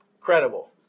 credible